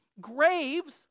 graves